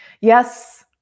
yes